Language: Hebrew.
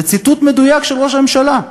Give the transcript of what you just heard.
זה ציטוט מדויק של ראש הממשלה.